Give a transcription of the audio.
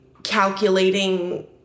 calculating